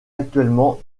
actuellement